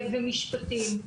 ומשפטים.